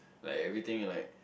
like everything like